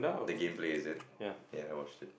the game play is it ya I watched it